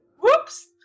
Whoops